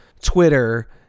Twitter